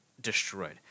destroyed